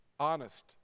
honest